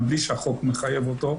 גם בלי שהחוק מחייב אותו,